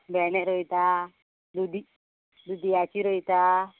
भेणें रोयतां दुदी दुदयाची रोयतां